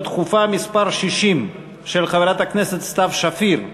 דחופה מס' 60 של חברת הכנסת סתיו שפיר בנושא: